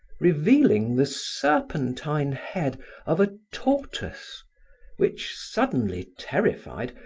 revealing the serpentine head of a tortoise which, suddenly terrified,